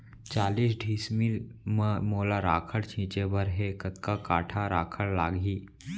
चालीस डिसमिल म मोला राखड़ छिंचे बर हे कतका काठा राखड़ लागही?